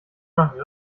nach